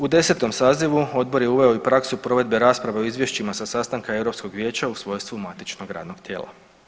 U 10 sazivu odbor je uveo i praksu provedbu rasprave o izvješćima sa sastanka Europskog vijeća u svojstvu matičnog radnog tijela.